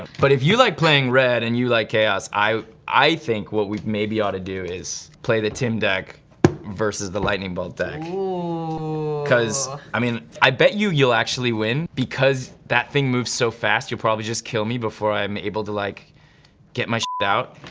but if you like playing red and you like chaos, i i think what we maybe oughta do is play the tim deck versus the lightning bolk deck. ooh. cause i mean i bet you, you'll actually win because that thing moves so fast you'll probably just kill me before i'm able to like get my out.